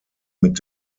mit